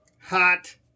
hot